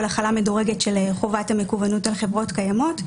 החלה מדורגת של חובת המקוונות על חברות קיימות.